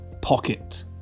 pocket